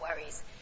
worries